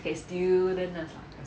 a student nurse lah